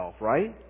right